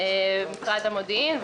ולמשרד המודיעין.